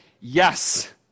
Yes